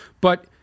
But-